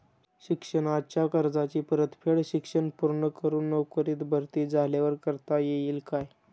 शिक्षणाच्या कर्जाची परतफेड शिक्षण पूर्ण करून नोकरीत भरती झाल्यावर करता येईल काय?